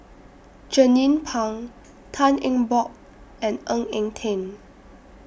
Jernnine Pang Tan Eng Bock and Ng Eng Teng